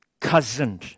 cousin